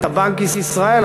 אתה בנק ישראל?